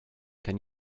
can